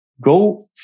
go